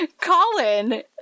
Colin